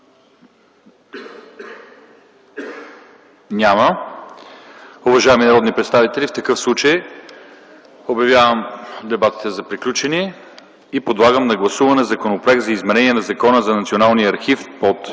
Няма. Уважаеми народни представители, в такъв случай обявявам дебатите за приключени и подлагам на гласуване Законопроект за изменение на Закона за Националния архивен